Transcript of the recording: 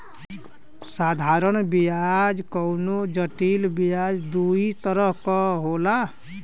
साधारन बियाज अउर जटिल बियाज दूई तरह क होला